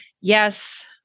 Yes